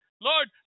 Lord